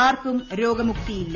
ആർക്കും രോഗമുക്തിയില്ല